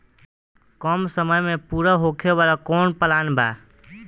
कम समय में पूरा होखे वाला कवन प्लान बा?